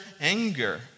anger